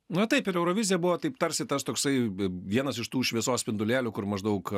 na taip ir eurovizija buvo taip tarsi tas toksai vienas iš tų šviesos spindulėlių kur maždaug